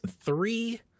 three